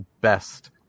best